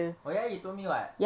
oh ya you told me [what]